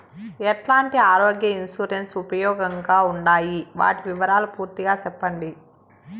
ఎట్లాంటి ఆరోగ్య ఇన్సూరెన్సు ఉపయోగం గా ఉండాయి వాటి వివరాలు పూర్తిగా సెప్పండి?